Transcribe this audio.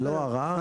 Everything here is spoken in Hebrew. לא "ערר".